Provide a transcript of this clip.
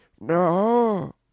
No